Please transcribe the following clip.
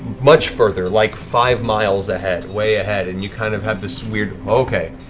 much further, like five miles ahead, way ahead, and you kind of have this weird, okay,